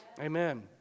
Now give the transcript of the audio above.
Amen